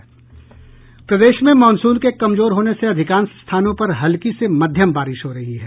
प्रदेश में मानसून के कमजोर होने से अधिकांश स्थानों पर हल्की से मध्यम बारिश हो रही है